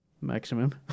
maximum